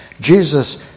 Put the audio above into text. Jesus